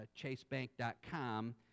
chasebank.com